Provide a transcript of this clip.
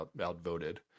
outvoted